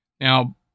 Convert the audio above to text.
Now